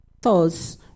Thus